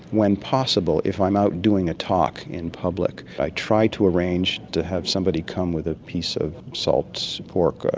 when possible if i'm out doing a talk in public, i try to arrange to have somebody come with a piece of salt pork,